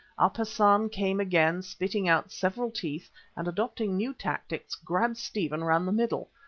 up hassan came again, spitting out several teeth and, adopting new tactics, grabbed stephen round the middle.